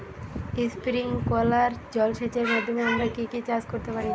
Sprinkler জলসেচের মাধ্যমে আমরা কি কি চাষ করতে পারি?